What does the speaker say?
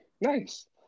Nice